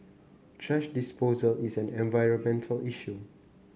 thrash disposal is an environmental issue